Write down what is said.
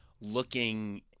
looking